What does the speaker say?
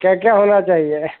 क्या क्या होना चाहिए